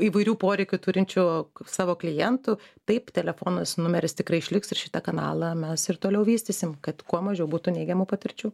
įvairių poreikių turinčių savo klientų taip telefonas numeris tikrai išliks ir šitą kanalą mes ir toliau vystysim kad kuo mažiau būtų neigiamų patirčių